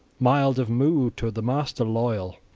mild of mood, to the master loyal!